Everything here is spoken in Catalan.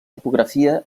tipografia